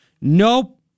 Nope